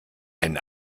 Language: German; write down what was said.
ein